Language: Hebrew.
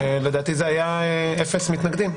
לדעתי היו אפס מתנגדים.